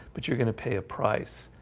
but you're gonna pay a price